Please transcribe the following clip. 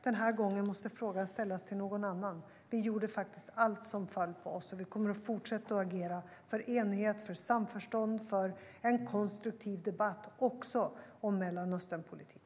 Den här gången måste frågan ställas till någon annan. Vi gjorde faktiskt allt som föll på oss och kommer att fortsätta agera för enighet, för samförstånd och för en konstruktiv debatt, också om Mellanösternpolitiken.